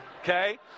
Okay